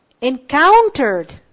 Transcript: encountered